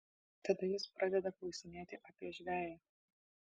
tada jis pradeda klausinėti apie žveję